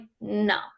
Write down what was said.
No